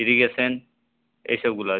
irrigation এই সবগুলো আছে